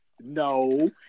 No